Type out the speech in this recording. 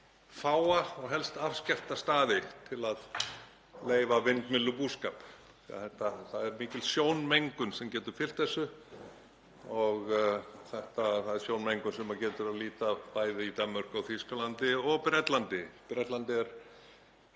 fáa og helst afskekkta staði til að leyfa vindmyllubúskap. Það er mikil sjónmengun sem getur fylgt þessu, sjónmengun sem getur að líta bæði í Danmörku, Þýskalandi og Bretlandi, en í Bretlandi er